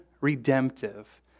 redemptive